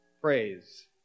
Praise